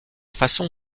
façon